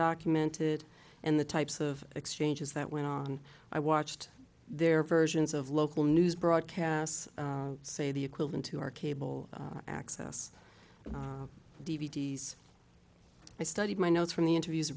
documented and the types of exchanges that went on i watched their versions of local news broadcasts say the equivalent to our cable access d v d s i studied my notes from the interviews